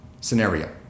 scenario